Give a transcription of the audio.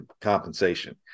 compensation